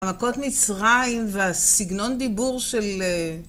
מכות מצרים והסגנון דיבור של...